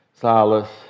Silas